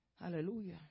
Hallelujah